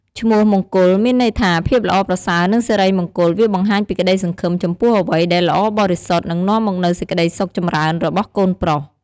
ឈ្មោះមង្គល មានន័យថា ភាពល្អប្រសើរនិងសិរីមង្គល វាបង្ហាញពីក្តីសង្ឃឹមចំពោះអ្វីដែលល្អបរិសុទ្ធ និងនាំមកនូវសេចក្តីសុខចម្រើនរបស់កូនប្រុស។